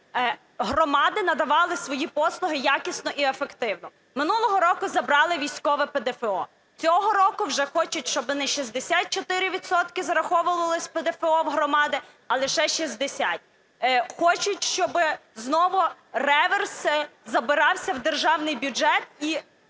громади надавали свої послуги якісно і ефективно. Минулого року забрали військове ПДФО, цього року вже хочуть, щоби не 64 відсотки зараховувалось ПДФО в громади, а лише 60. Хочуть, щоби знову реверс забирався в держаний бюджет і